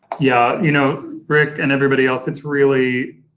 yeah, you know, rick and everybody else, it's really,